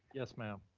yes, ma'am.